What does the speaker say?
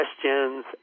questions